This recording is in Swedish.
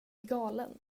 galen